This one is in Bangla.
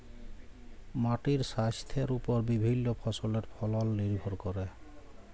মাটির স্বাইস্থ্যের উপর বিভিল্য ফসলের ফলল লির্ভর ক্যরে